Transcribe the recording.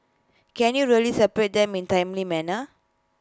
can you really separate them in timely manner